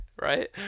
Right